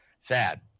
sad